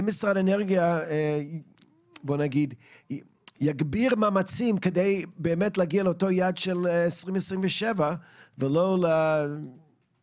האם משרד האנרגיה יגביר מאמצים כדי להגיע אותו יעד של 2027 ולא ל-2032.